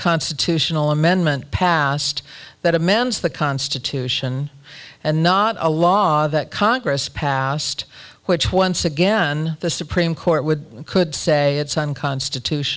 constitutional amendment passed that amends the constitution and not a law that congress passed which once again the supreme court would could say it's unconstitutional